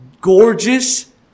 gorgeous